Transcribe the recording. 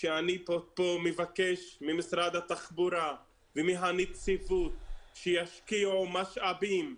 שאני פה מבקש ממשרד התחבורה ומהנציבות שישקיעו משאבים.